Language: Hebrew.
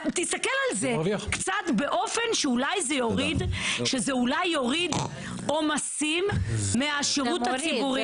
תסתכל על זה קצת באופן שאולי זה יוריד עומסים מהשירות הציבורי.